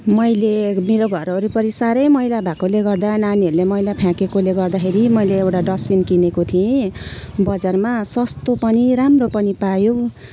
मैले मेरो घर वरिपरि साह्रै मैला भएकोले गर्दा नानीहरूले मैला फ्याँकेकोले गर्दाखेरि मैले एउटा डस्बिन किनेको थिएँ बजारमा सस्तो पनि राम्रो पनि पायौँ